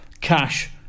Cash